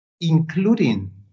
including